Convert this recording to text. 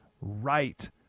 right